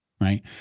right